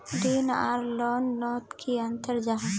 ऋण आर लोन नोत की अंतर जाहा?